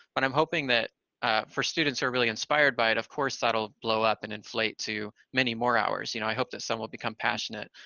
but i'm hoping that for students are really inspired by it, of course that'll blow up and inflate to many more hours. you know, i hope that some will become passionate,